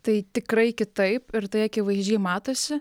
tai tikrai kitaip ir tai akivaizdžiai matosi